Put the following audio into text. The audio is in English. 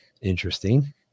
Interesting